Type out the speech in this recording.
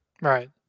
Right